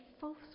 false